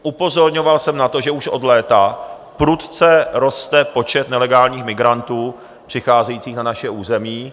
Upozorňoval jsem na to, že už od léta prudce roste počet nelegálních migrantů přicházejících na naše území.